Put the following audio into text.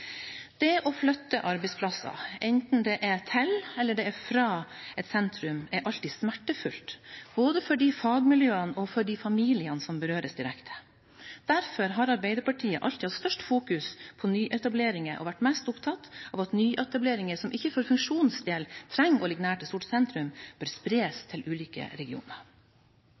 Det å flytte arbeidsplasser, enten det er til eller det er fra et sentrum, er alltid smertefullt, både for de fagmiljøene og for de familiene som berøres direkte. Derfor har Arbeiderpartiet alltid hatt størst fokus på nyetableringer og vært mest opptatt av at nyetableringer som ikke for funksjonens del trenger å ligge nært et stort sentrum, bør spres til ulike regioner.